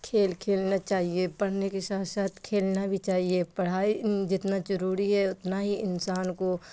کھیل کھیلنا چاہیے پڑھنے کے شاتھ شاتھ کھیلنا بھی چاہیے پڑھائی جتنا ضروری ہے اتنا ہی انسان کو